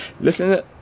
Listen